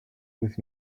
with